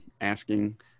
asking